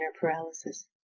paralysis